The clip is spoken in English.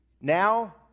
Now